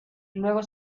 luego